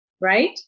Right